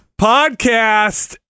Podcast